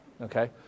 Okay